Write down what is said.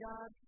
God